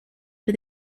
for